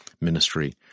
ministry